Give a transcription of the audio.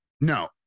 no